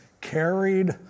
carried